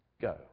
go